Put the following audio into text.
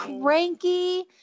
cranky